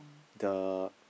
the